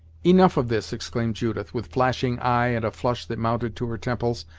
enough of this! exclaimed judith, with flashing eye and a flush that mounted to her temples,